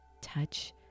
touch